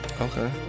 Okay